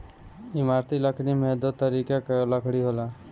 इमारती लकड़ी में दो तरीके कअ लकड़ी होला